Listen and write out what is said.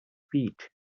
feet